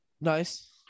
nice